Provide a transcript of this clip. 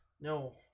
No